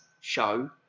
show